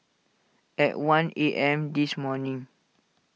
at one A M this morning